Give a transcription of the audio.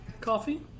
coffee